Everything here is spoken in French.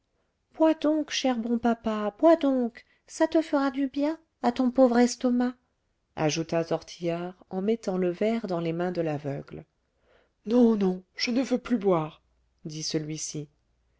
bois donc cher bon papa bois donc ça te fera du bien à ton pauvre estomac ajouta tortillard en mettant le verre dans les mains de l'aveugle non non je ne veux plus boire dit celui-ci